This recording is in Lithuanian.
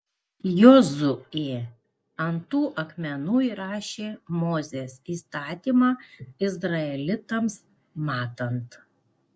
jozuė ant tų akmenų įrašė mozės įstatymą izraelitams matant